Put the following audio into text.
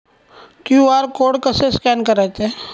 QR code कसे scan करायचे?